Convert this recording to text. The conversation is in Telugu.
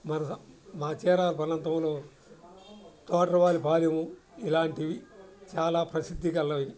మారోహా మా చీరాల పల్లంతవులో తోటివారి పాలెం ఇలాంటివి చాలా ప్రసిద్ధి కలవి